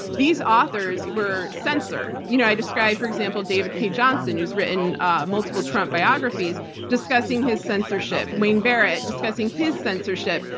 these authors were censored. you know i described, for example, david cay johnston who has written ah multiple trump biographies discussing his censorship, wayne barrett discussing his censorship,